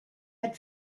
had